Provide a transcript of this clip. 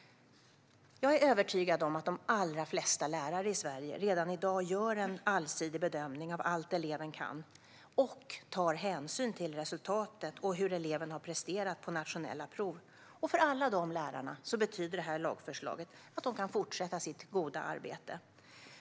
Jag är övertygad om att de allra flesta lärare i Sverige redan i dag gör en allsidig bedömning av allt eleven kan och tar hänsyn till resultatet och hur eleven har presterat på nationella prov. För alla de lärarna betyder det här lagförslaget att de kan fortsätta sitt goda arbete.